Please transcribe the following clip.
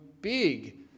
big